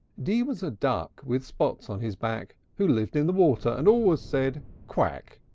d was a duck with spots on his back, who lived in the water, and always said quack!